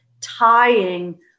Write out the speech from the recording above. tying